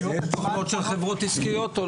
יש תוכניות של חברות עסקיות?